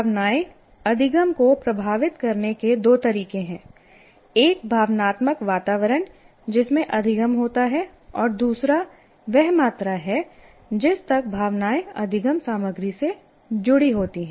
भावनाएँ अधिगम को प्रभावित करने के दो तरीके हैं एक भावनात्मक वातावरण जिसमें अधिगम होता है और दूसरा वह मात्रा है जिस तक भावनाएँ अधिगम सामग्री से जुड़ी होती हैं